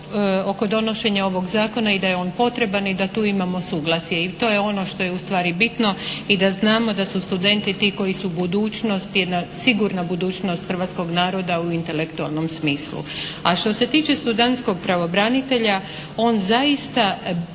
oko donošenja ovog zakona i da je on potreban i da tu imamo suglasje. I to je ono što je ustvari bitno i da znamo da su studenti ti koji su budućnost, jedna sigurna budućnost hrvatskog naroda u intelektualnom smislu. A što se tiče studentskog pravobranitelja on zaista